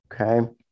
Okay